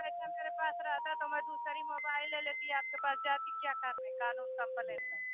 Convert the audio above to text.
पैसा मेरे पास रहता तो मैं दूसरा मोबाइल ले लेती आपके पास जाती क्या करने कानून का कम्प्लेन लेकर